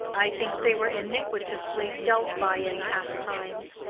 i think they were iniquitously dealt by in past times.